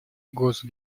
угрозу